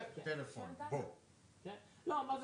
לאור המצב